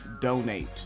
donate